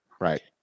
Right